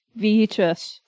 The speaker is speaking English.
VHS